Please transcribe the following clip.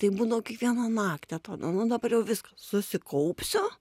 taip būdavo kiekvieną naktį atrodė nu dabar jau viska susikaupsiu